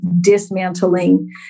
dismantling